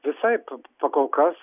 visaip kol kas